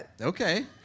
Okay